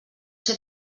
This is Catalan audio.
ser